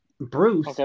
Bruce